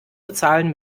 bezahlen